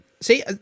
See